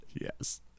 Yes